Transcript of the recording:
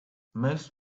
most